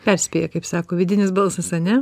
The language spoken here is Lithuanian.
perspėja kaip sako vidinis balsas ane